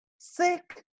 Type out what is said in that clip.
sick